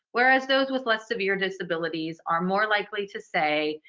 whereas those with less severe disabilities are more likely to say,